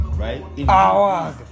Right